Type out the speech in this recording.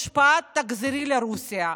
את המשפט: תחזרי לרוסיה,